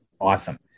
Awesome